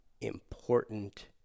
important